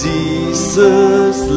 Jesus